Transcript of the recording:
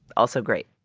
also. great.